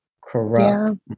corrupt